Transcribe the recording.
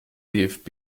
dfb